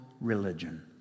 religion